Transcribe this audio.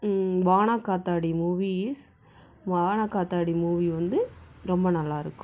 Baana Kaathadi movie is Baana Kaathadi movie வந்து ரொம்ப நல்லா இருக்கும்